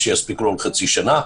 שיספיק לו לחצי שנה.